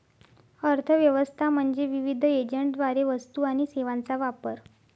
अर्थ व्यवस्था म्हणजे विविध एजंटद्वारे वस्तू आणि सेवांचा वापर